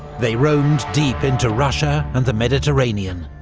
they roamed deep into russia and the mediterranean,